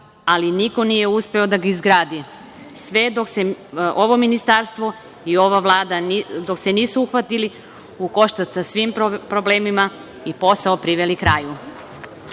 ali niko nije uspeo da ga izgradi, sve dok se ovo ministarstvo i ova Vlada nisu uhvatili u koštac sa svim problemima i posao priveli kraju. Tako